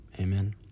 Amen